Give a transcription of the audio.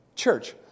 Church